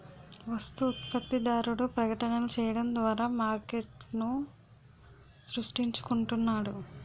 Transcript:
వస్తు ఉత్పత్తిదారుడు ప్రకటనలు చేయడం ద్వారా మార్కెట్ను సృష్టించుకుంటున్నాడు